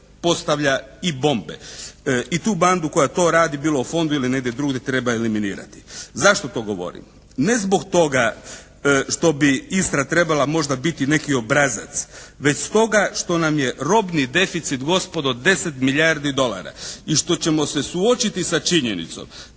postavlja i bombe. I tu bandu koja to radi bila u fondu ili negdje drugdje treba eliminirati. Zašto to govorim? Ne zbog toga što bi Istra trebala možda biti neki obrazac, već stoga što nam je robni deficit gospodo 10 milijardi dolara. I što ćemo se suočiti sa činjenicom